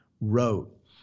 wrote